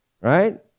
right